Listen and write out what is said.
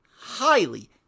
highly